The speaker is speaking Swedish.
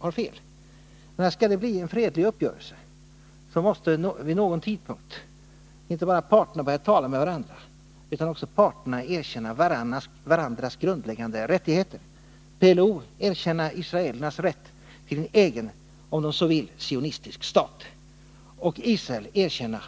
Skall det kunna bli en fredlig uppgörelse, måste vid någon tidpunkt parterna inte bara börja tala med varandra utan också erkänna varandras grundläggande rättigheter — PLO erkänna israelernas rätt till en egen, om dessa så vill, sionistisk stat och Israel erkänna